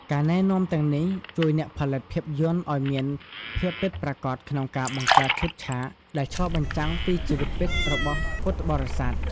ការណែនាំទាំងនេះជួយអ្នកផលិតភាពយន្តឲ្យមានភាពពិតប្រាកដក្នុងការបង្កើតឈុតឆាក ដែលឆ្លុះបញ្ចាំងពីជីវិតពិតរបស់ពុទ្ធបរិស័ទ។